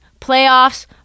playoffs